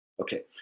Okay